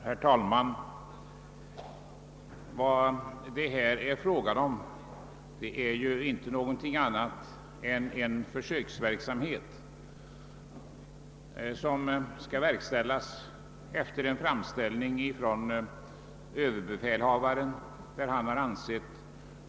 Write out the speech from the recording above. Herr talman! Det är ju här inte fråga om någonting annat än en försöksverksamhet, som skall verkställas efter en framställning från överbefälhavaren.